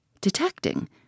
Detecting